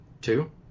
Two